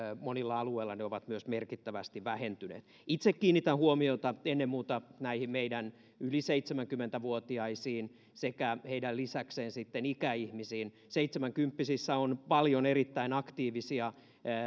monilla alueilla ne ovat myös merkittävästi vähentyneet itse kiinnitän huomiota ennen muuta näihin meidän yli seitsemänkymmentä vuotiaisiin sekä heidän lisäkseen sitten ikäihmisiin seitsemänkymppisissä on paljon erittäin aktiivisia